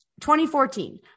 2014